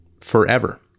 forever